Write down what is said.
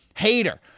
Hater